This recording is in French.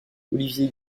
olivier